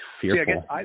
fearful